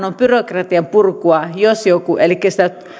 on byrokratian purkua jos mikä elikkä sitä